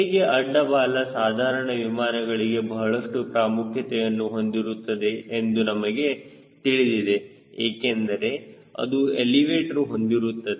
ಹಾಗೆ ಅಡ್ಡ ಬಾಲ ಸಾಧಾರಣ ವಿಮಾನಗಳಿಗೆ ಬಹಳಷ್ಟು ಪ್ರಾಮುಖ್ಯತೆಯನ್ನು ಹೊಂದಿರುತ್ತದೆ ಎಂದು ನಮಗೆ ತಿಳಿದಿದೆ ಏಕೆಂದರೆ ಅದು ಎಲಿವೇಟರ್ ಹೊಂದಿರುತ್ತದೆ